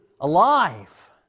alive